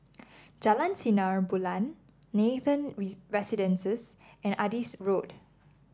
Jalan Sinar Bulan Nathan Residences and Adis Road